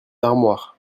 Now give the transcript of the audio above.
armoire